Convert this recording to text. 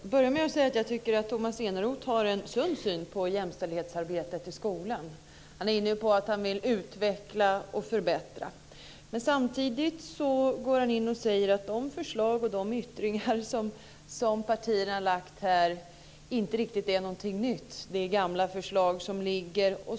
Fru talman! Låt mig börja med att säga att jag tycker att Tomas Eneroth har en sund syn på jämställdhetsarbetet i skolan. Han vill utveckla och förbättra. Men samtidigt säger han att de förslag och de yttringar som partierna har lagt fram här inte är något riktigt nytt. Det är gamla förslag som ligger.